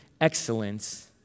excellence